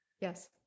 Yes